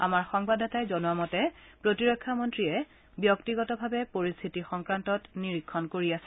আমাৰ সংবাদদাতাই জনোৱা মতে প্ৰতিৰক্ষা মন্ত্ৰীয়ে ব্যক্তিগতভাৱে পৰিস্থিতিৰ সংক্ৰান্তত নিৰীক্ষণ কৰি আছে